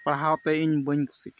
ᱯᱟᱲᱦᱟᱣᱛᱮ ᱤᱧ ᱵᱟᱹᱧ ᱠᱩᱥᱤᱜ ᱠᱟᱱᱟ